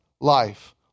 life